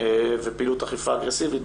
ופעילות אכיפה אגרסיבית.